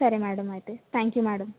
సరే మేడం అయితే thank you madam